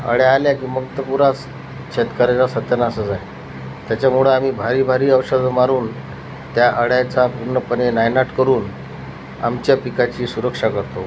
अळ्या आल्या की मग तर पुरा स शेतकऱ्याचा सत्यानाशच आहे त्याच्यामुळं आम्ही भारी भारी औषधं मारून त्या अळ्यांचा पूर्णपणे नायनाट करून आमच्या पिकाची सुरक्षा करतो